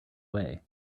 way